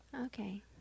Okay